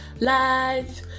life